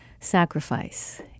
sacrifice